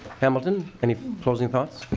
hamilton any closing thoughts?